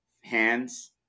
hands